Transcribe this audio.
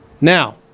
Now